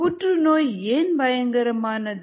புற்றுநோய் ஏன் பயங்கரமானது